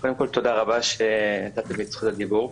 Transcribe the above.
תודה רבה על זכות הדיבור.